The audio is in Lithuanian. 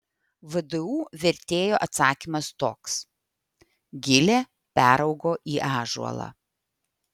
vdu vertėjo atsakymas toks gilė peraugo į ąžuolą